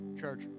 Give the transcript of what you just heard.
Church